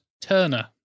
Turner